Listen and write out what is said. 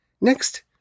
Next